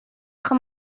آخه